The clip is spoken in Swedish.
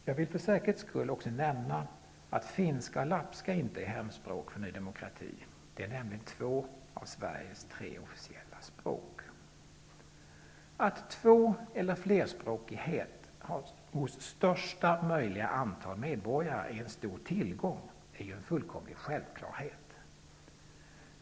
Jag vill för säkerhets skull också nämna att finska och lappska inte är hemspråk för Ny demokrati. De är nämligen två av Sveriges tre officiella språk. Att två eller flerspråkighet hos största möjliga antal medborgare är en stor tillgång är ju en fullkomlig självklarhet.